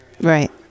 Right